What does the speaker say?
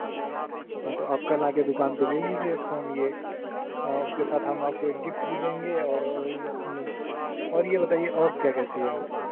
हाँ तो आप कल आकर दुकान पर ले लीजिए फोन यह और उसके साथ हम आपको एक गिफ्ट भी देंगे और यह मतलब और यह बताइए और क्या क्या चाहिए आपको